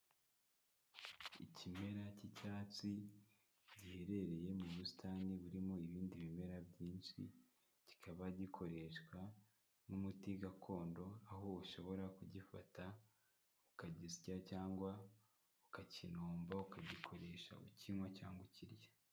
Ikimera cy'icyatsi giherereye mu busitani burimo ibindi bimera byinshi, kikaba gikoreshwa nk'umuti gakondo, aho ushobora kugifata ukagisya cyangwa ukakinomba, ukagikoresha ukinywa cyangwa ukirya.